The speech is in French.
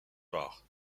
bars